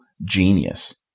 genius